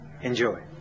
enjoy